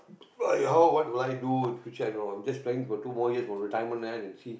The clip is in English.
like how what will i do in future i don't know I'm just trying for two more years for retirement then I can see